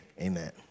Amen